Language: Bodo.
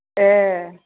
ए